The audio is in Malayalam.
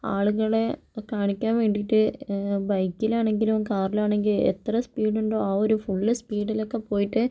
ആളുകളെ കാണിക്കാൻ വേണ്ടിയിട്ട് ബൈക്കിൽ ആണെങ്കിലും കാറിൽ ആണെങ്കിലും എത്ര സ്പീഡ് ഉണ്ടോ ആ ഒരു ഫുള്ള് സ്പീഡിലൊക്കെ പോയിട്ട്